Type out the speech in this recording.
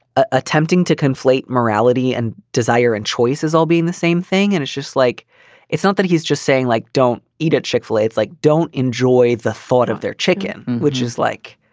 ah attempting to conflate morality and desire and choices all being the same thing. and it's just like it's not that he's just saying like, don't eat at chick-fil-a. it's like don't enjoy the thought of their chicken, which is like.